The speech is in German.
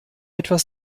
etwas